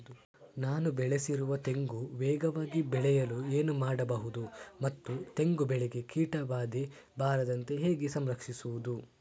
ನಾನು ಬೆಳೆಸಿರುವ ತೆಂಗು ವೇಗವಾಗಿ ಬೆಳೆಯಲು ಏನು ಮಾಡಬಹುದು ಮತ್ತು ತೆಂಗು ಬೆಳೆಗೆ ಕೀಟಬಾಧೆ ಬಾರದಂತೆ ಹೇಗೆ ಸಂರಕ್ಷಿಸುವುದು?